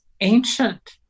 ancient